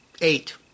eight